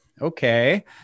okay